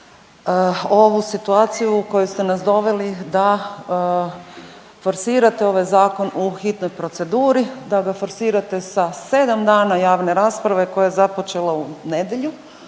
ovu situaciju u koju ste nas doveli da forsirate ovaj Zakon u hitnoj proceduri, da ga forsirate sa 7 dana javne rasprave koja je započela u nedjelju,